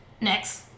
Next